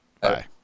Bye